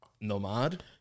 Nomad